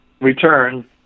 return